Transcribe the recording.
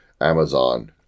Amazon